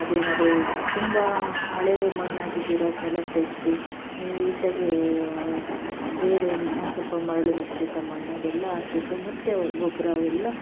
ಅದೇನಾದ್ರೂ ತುಂಬ ಹಳೆಯ ಮಣ್ಣಾಗಿದ್ದಿರೆ ಅದನ್ನೆಲ್ಲ ತೆಗೆದು ನೀಟಾಗಿ ಬೇರೆ ಸ್ವಲ್ಪ ಮರಳು ಮಿಶ್ರಿತ ಮಣ್ಣು ಅದೆಲ್ಲ ಹಾಕ್ಬಿಟ್ಟು ಮತ್ತು ಗೊಬ್ಬರ ಅವೆಲ್ಲ